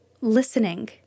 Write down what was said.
listening